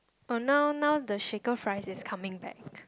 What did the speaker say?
oh now now the shaker fries is coming back